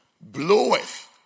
bloweth